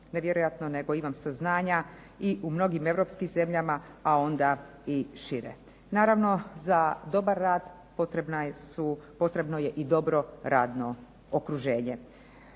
ne vjerojatno nego imam saznanja i u mnogim europskim zemljama pa onda i šire. Naravno, za dobar rad potrebno je i dobro radno okruženje.